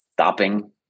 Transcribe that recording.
Stopping